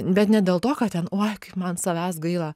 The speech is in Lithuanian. bet ne dėl to kad ten uoj kaip man savęs gaila